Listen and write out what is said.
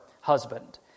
husband